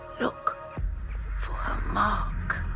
look for her mark.